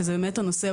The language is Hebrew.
שזה הנושא,